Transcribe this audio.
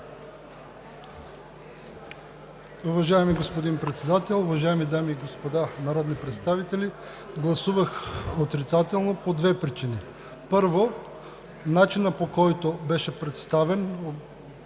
Уважаеми господин Председател, уважаеми дами и господа народни представители! Гласувах отрицателно по две причини. Първо, скоростта, с която беше представен